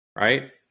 right